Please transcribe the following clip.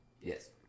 Yes